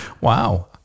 Wow